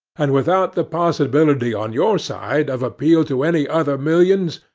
and without the possibility, on your side, of appeal to any other millions,